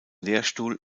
lehrstuhl